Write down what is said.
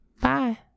Bye